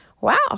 Wow